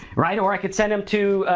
right? or i could send them to,